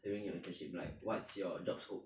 during your internship like what's your job scope